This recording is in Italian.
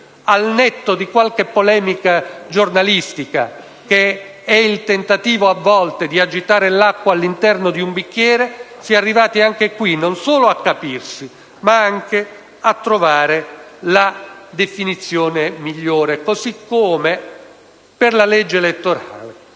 al netto di qualche polemica giornalistica che è il tentativo a volte di agitare l'acqua all'interno di un bicchiere, si è arrivati non solo a capirsi ma anche a trovare la definizione migliore. Così come, per quanto riguarda la legge elettorale,